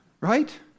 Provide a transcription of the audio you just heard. Right